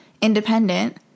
independent